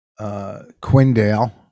Quindale